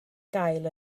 gael